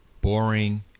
boring